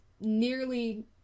nearly